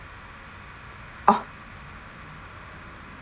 orh